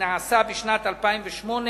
שנעשה בשנת 2008,